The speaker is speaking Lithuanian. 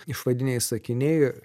išvadiniai sakiniai